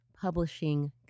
publishing